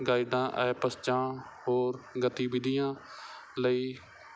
ਗਾਈਡਾਂ apps ਜਾਂ ਹੋਰ ਗਤੀਵਿਧੀਆਂ ਲਈ